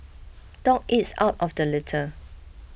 dog eats out of the litter